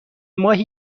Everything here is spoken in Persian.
ماهی